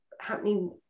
happening